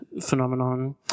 phenomenon